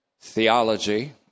theology